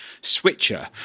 switcher